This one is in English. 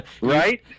Right